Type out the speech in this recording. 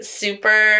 super